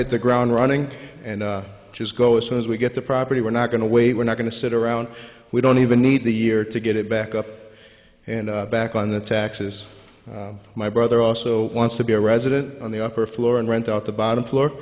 hit the ground running and just go as soon as we get the property we're not going to wait we're not going to sit around we don't even need the year to get it back up and back on the taxes my brother also wants to be a resident on the upper floor and rent out the bottom floor